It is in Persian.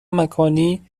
مکانی